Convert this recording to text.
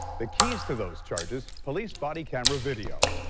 the keys to those charges police body camera video.